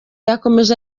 yakomeje